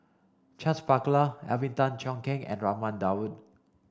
Charles Paglar Alvin Tan Cheong Kheng and Raman Daud